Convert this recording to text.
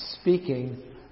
speaking